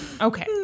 Okay